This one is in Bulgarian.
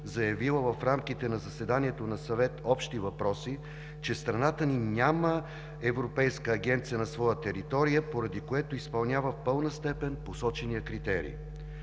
заявила в рамките на заседанието на Съвета по общи въпроси, че страната ни няма европейска агенция на своя територия, поради което изпълнява в пълна степен посочения критерий.